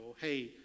hey